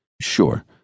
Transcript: Sure